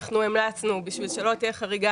אנחנו המלצנו שכדי שלא תהיה חריגה,